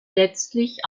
letztlich